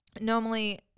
normally